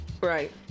Right